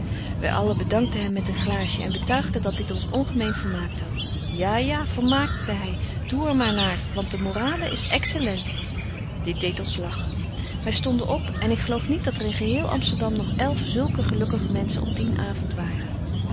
wy allen bedankten hem met een glaasje en betuigden dat dit ons ongemeen vermaakt hadt ja ja vermaakt zei hy doe er betje wolff en aagje deken historie van mejuffrouw sara burgerhart maar naar want de morale is excellent dit deedt ons lachen wy stonden op en ik geloof niet dat er in geheel amsterdam nog elf zulke gelukkige menschen op dien avond waren